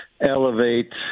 elevate